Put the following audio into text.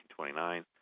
1929